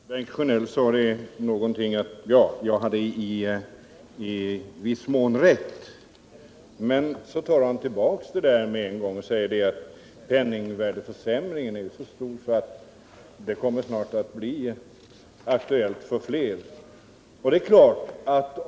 Herr talman! Bengt Sjönell sade någonting om att jag i viss mån hade rätt. Men så tog han tillbaka detta med en gång och sade att penningvärdeförsämringen är så stor att det snart kommer att bli aktuellt för flera.